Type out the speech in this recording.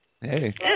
Hey